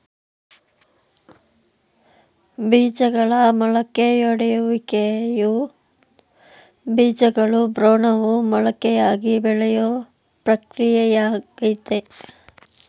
ಬೀಜಗಳ ಮೊಳಕೆಯೊಡೆಯುವಿಕೆಯು ಬೀಜಗಳ ಭ್ರೂಣವು ಮೊಳಕೆಯಾಗಿ ಬೆಳೆಯೋ ಪ್ರಕ್ರಿಯೆಯಾಗಯ್ತೆ